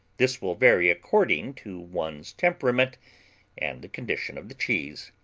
this will vary according to one's temperament and the condition of the cheese.